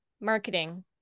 marketing